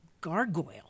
gargoyle